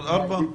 4-1?